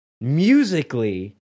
musically